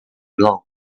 blow